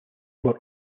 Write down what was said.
were